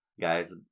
guys